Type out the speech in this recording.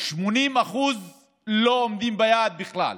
80% לא עומדות ביעד בכלל.